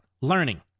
learning